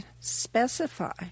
specify